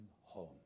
home